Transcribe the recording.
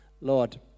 Lord